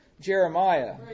Jeremiah